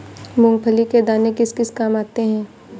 मूंगफली के दाने किस किस काम आते हैं?